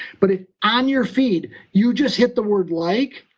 but if on your feed you just hit the word like,